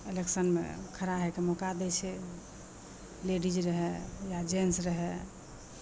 इलेक्शनमे खड़ा होइके मौका दै छै लेडिज रहै या जेन्ट्स रहै